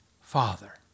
Father